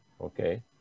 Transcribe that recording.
Okay